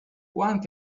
one